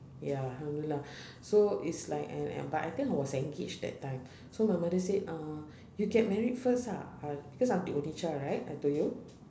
ya alhamdulillah so it's like an a~ but I think I was engaged that time so my mother said uh you get married first ah uh because I'm the only child right I told you